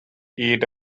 aid